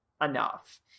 enough